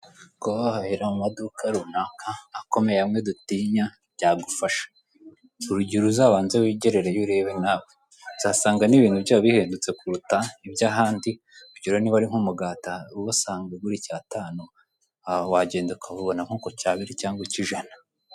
Kuba wahahira mu maduka runaka akomeye amwe dutinya byagufasha, urugero uzabanze wigerereyo urebe nawe uzasanga n'ibintu byaho bihendutse kuruta iby'ahandi, urugero niba ari nk'umugati urasnaga ugura icyatanu, aho wangenda ukawubona nko ku cyabiri cyangwa icy'ijana.